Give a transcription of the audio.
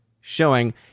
showing